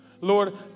Lord